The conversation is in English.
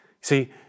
See